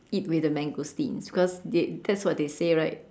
eat with the mangosteens because they that's what they say right